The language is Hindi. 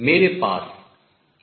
मेरे पास एक और तरंग भी है